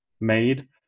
made